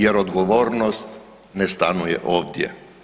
Jer odgovornost ne stanuje ovdje.